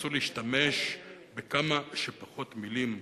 תנסו להשתמש בכמה שפחות מלים,